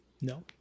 No